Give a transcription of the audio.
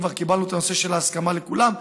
כבר קיבלנו את ההסכמה מכולם,